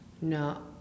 No